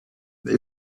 they